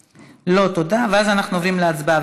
לא, תודה, ואז אנחנו עוברים להצבעה.